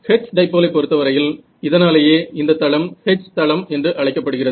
hertz டைப்போலை பொருத்தவரையில் இதனாலேயே இந்த தளம் H தளம் என்று அழைக்கப்படுகிறது